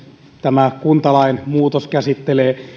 tämä kuntalain muutos käsittelee